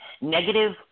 negative